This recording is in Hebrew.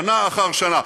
שנה אחר שנה.